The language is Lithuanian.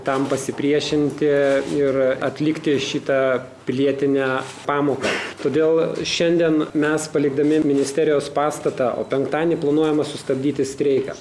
tam pasipriešinti ir atlikti šitą pilietinę pamoką todėl šiandien mes palikdami ministerijos pastatą o penktadienį planuojama sustabdyti streiką